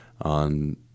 on